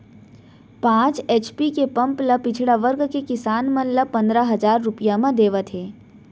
पांच एच.पी के पंप ल पिछड़ा वर्ग के किसान मन ल पंदरा हजार रूपिया म देवत हे